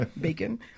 Bacon